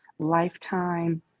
lifetime